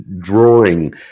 drawing